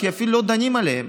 אפילו לא דנים עליהם.